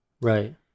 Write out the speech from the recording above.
Right